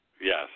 Yes